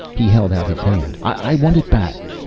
he held out his hand. i want it back.